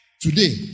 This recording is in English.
Today